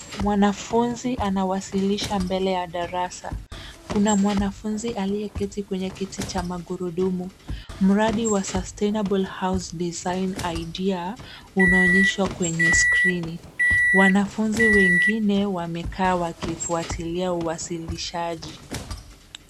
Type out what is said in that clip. Mwanafunzi anawasilisha mbele ya darasa. Kuna mwanafunzi aliyeketi kwenye kiti cha magurudumu. Mradi wa sustainable house design idea unaonyeshwa kwenye skrini. Wanafunzi wengine wamekaa wakifuatilia uwasilishaji.